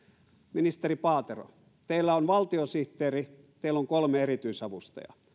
ministeri paatero teillä on valtiosihteeri teillä on kolme erityisavustajaa